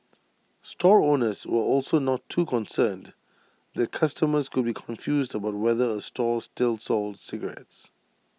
store owners were also not too concerned that customers would be confused about whether A store still sold cigarettes